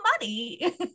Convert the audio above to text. money